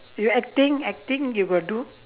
you acting acting you got do